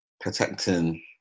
protecting